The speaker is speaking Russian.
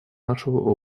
нашего